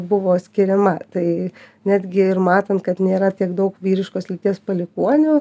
buvo skiriama tai netgi ir matant kad nėra tiek daug vyriškos lyties palikuonių